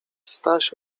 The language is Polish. staś